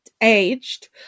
aged